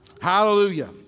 Hallelujah